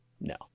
no